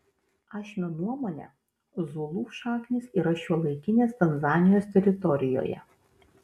ašmio nuomone zulų šaknys yra šiuolaikinės tanzanijos teritorijoje